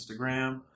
Instagram